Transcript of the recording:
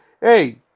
Hey